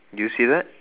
did you see that